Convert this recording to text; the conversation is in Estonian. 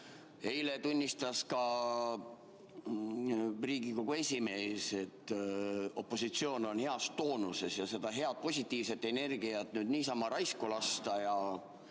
Eile tunnistas ka Riigikogu esimees, et opositsioon on heas toonuses, ja seda head positiivset energiat niisama raisku lasta ja